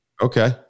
Okay